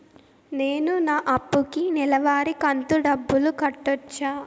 నేను నా అప్పుకి నెలవారి కంతు డబ్బులు కట్టొచ్చా?